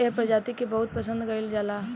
एह प्रजाति के बहुत पसंद कईल जाला